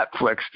Netflix